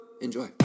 Enjoy